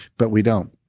but we don't.